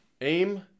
Aim